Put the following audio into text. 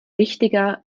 wichtiger